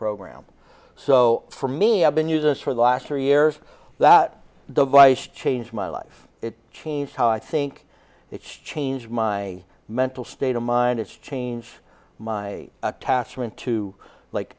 program so for me i've been uses for the last three years that device changed my life it changed how i think it's changed my mental state of mind it's changed my attachment to like